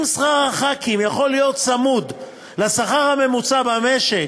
אם שכר חברי הכנסת יכול להיות צמוד לשכר הממוצע במשק,